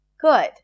good